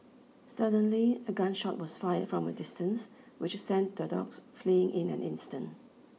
suddenly a gun shot was fired from a distance which sent the dogs fleeing in an instant